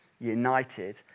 united